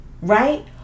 right